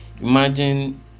Imagine